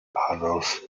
adolf